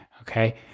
Okay